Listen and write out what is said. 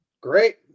Great